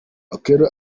okello